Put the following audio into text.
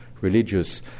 religious